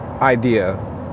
idea